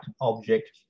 object